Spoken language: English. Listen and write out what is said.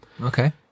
Okay